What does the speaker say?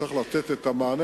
צריך לתת את המענה,